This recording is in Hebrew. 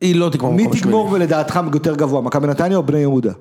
היא לא תגמור. מי תגמור? ולדעתך יותר גבוה, מכבי נתניהו או בני יהודה?